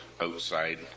outside